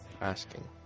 asking